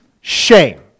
Shame